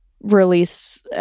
release